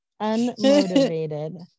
unmotivated